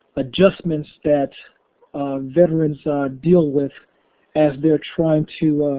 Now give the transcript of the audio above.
adjustments that veterans deal with as they're trying to